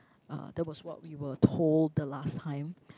uh that was what we were told the last time